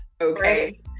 Okay